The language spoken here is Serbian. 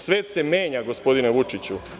Svet se menja, gospodine Vučiću.